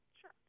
Sure